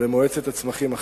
במועצת הצמחים.